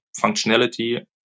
functionality